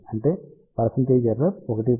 అంటే percentage error 1